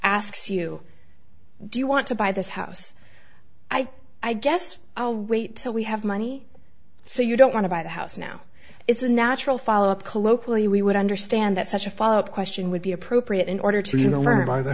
asks you do you want to buy this house i guess i'll wait till we have money so you don't want to buy the house now it's a natural follow up colloquially we would understand that such a followup question would be appropriate in order to you know verify the